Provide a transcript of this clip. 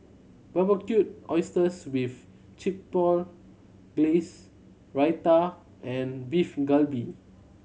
Barbecued Oysters with Chipotle Glaze Raita and Beef Galbi